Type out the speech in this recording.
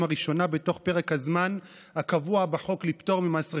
הראשונה בתוך פרק הזמן הקבוע בחוק לפטור ממס רכישה.